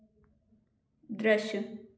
दृश्य